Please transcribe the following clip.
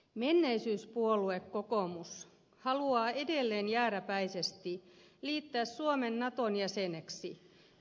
menneisyyspuolue kokoomus haluaa edelleen jääräpäisesti liittää suomen naton jäseneksi